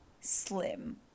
slim